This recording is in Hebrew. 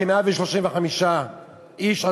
כ-135 איש,